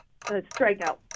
strikeout